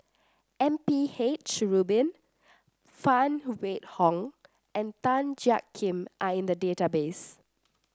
M P H Rubin Phan Wait Hong and Tan Jiak Kim are in the database